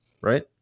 right